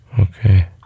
Okay